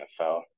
NFL